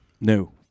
No